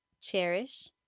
Cherish